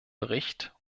bericht